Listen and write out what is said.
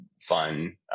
fun